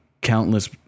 countless